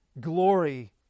glory